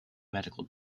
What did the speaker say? medical